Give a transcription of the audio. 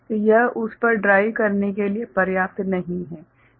तो यह उस पर ड्राइव करने के लिए पर्याप्त नहीं होगा